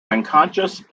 unconscious